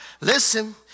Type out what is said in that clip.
Listen